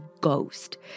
ghost